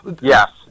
Yes